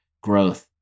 growth